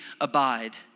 abide